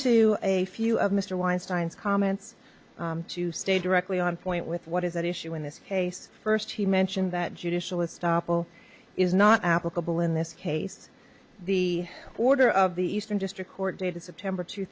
to a few of mr weinstein's comments to stay directly on point with what is at issue in this case first he mentioned that judicial is stoppel is not applicable in this case the order of the eastern district court dated september two